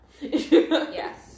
Yes